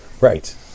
Right